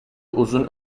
uzun